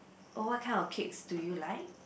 oh what kind of cakes do you like